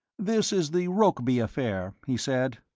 this is the rokeby affair, he said.